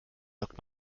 lockt